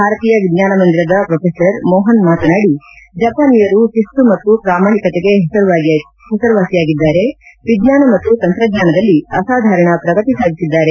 ಭಾರತೀಯ ವಿಜ್ವಾನ ಮಂದಿರದ ಪ್ರೊಫೆಸರ್ ಮೋಹನ್ ಮಾತನಾಡಿ ಜಪಾನಿಯರು ಶಿಸ್ತು ಮತ್ತು ಪ್ರಾಮಾಣಿಕತೆಗೆ ಹೆಸರುವಾಸಿಯಾಗಿದ್ದಾರೆ ವಿಜ್ಞಾನ ಮತ್ತು ತಂತ್ರಜ್ಞಾನದಲ್ಲಿ ಅಸಾಧಾರಣ ಪ್ರಗತಿ ಸಾಧಿಸಿದ್ದಾರೆ